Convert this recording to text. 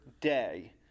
day